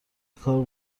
کار